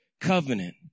covenant